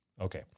Okay